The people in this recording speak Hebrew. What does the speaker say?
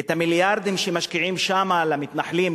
אילו את המיליארדים שמשקיעים שם על המתנחלים,